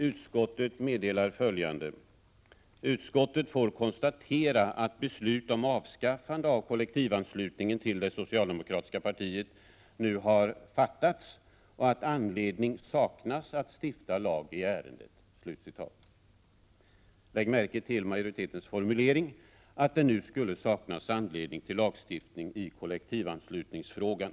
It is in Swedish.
”Utskottet får konstatera att beslut om avskaffande av kollektivanslutningen till det socialdemokratiska partiet nu har fattats och att anledning saknas att stifta lag i ärendet.” Lägg märke till majoritetens formulering att ”anledning saknas att stifta lag” i kollektivanslutningsfrågan.